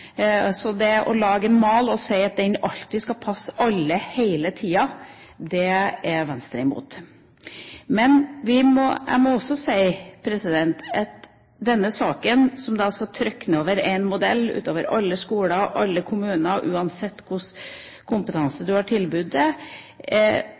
Så det å lage en mal og si at den alltid skal passe alle hele tida, er Venstre imot. Jeg må også si at dette viser at denne saken, som skal trykke en modell ned over alle skoler og alle kommuner, uansett hvilken kompetanse